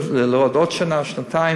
צריך עוד שנה-שנתיים.